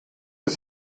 ist